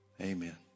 amen